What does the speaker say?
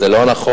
זה לא נכון.